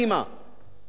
לא חשוב בכלל.